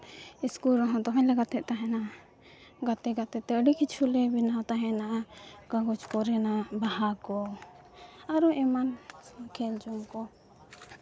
school ᱨᱮᱦᱚᱸ ᱫᱚᱢᱮᱞᱮ ᱜᱟᱛᱮᱜ ᱛᱟᱦᱮᱱᱟ ᱜᱟᱛᱮ ᱜᱟᱛᱮᱼᱛᱮ ᱟᱹᱰᱤ ᱠᱤᱪᱷᱩᱞᱮ ᱵᱮᱱᱟᱣ ᱛᱟᱦᱮᱱᱟ ᱠᱟᱜᱚᱡᱽ ᱠᱚᱨᱮᱱᱟᱜ ᱵᱟᱦᱟ ᱠᱚ ᱟᱨᱚ ᱮᱢᱟᱱ ᱠᱷᱮᱞ ᱡᱚᱝ ᱠᱚ